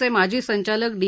चे माजी संचालक डी